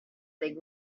they